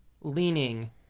leaning